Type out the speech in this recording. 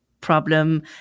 problem